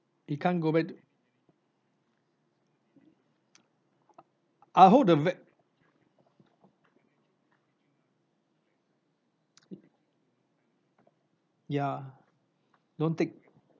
it can't go back to I hold the ve~ ya don't take